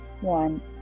One